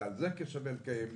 ועל זה שווה לקיים דיון,